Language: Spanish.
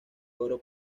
oro